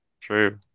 true